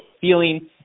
feeling